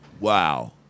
Wow